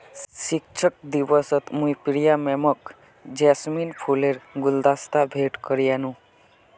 शिक्षक दिवसत मुई प्रिया मैमक जैस्मिन फूलेर गुलदस्ता भेंट करयानू